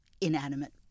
inanimate